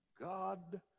God